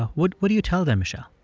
ah what what do you tell them, michele?